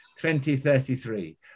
2033